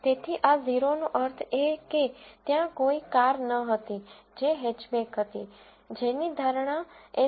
તેથી આ 0 નો અર્થ એ કે ત્યાં કોઈ કાર નહોતી જે હેચબેક હતી જેની ધારણા એસ